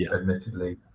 admittedly